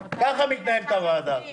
ככה מתנהלת הוועדה הזאת.